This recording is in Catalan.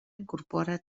incorpora